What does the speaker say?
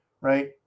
right